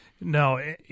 no